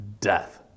death